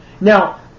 Now